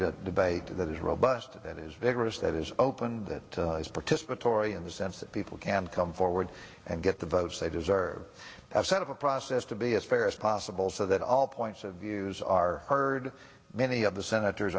that debate that is robust that is vigorous that is open that is participatory in the sense that people can come forward and get the votes they deserve to have set of a process to be as fair as possible so that all points of views are heard many of the senators